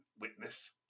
witness